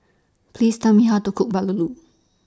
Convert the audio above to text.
Please Tell Me How to Cook Bahulu